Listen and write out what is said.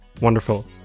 Wonderful